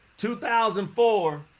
2004